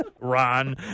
ron